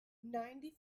ninety